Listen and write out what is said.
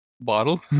bottle